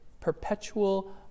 perpetual